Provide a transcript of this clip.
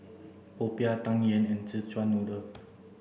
Popiah Tang Yuen and Szechuan noodle